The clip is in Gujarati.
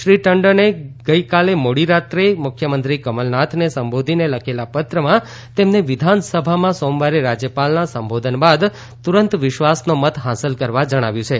શ્રી ટંડને ગઈકાલે મોડી રાત્રે મુખ્યમંત્રી કમલનાથને સંબોધીને લખેલા પત્રમાં તેમને વિધાનસભામાં સોમવારે રાજ્યપાલના સંબોધન બાદ તુરંત વિશ્વાસનો મત હાંસલ કરવા જણાવ્યું છે